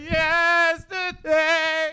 yesterday